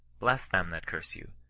bless them that curse you,